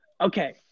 Okay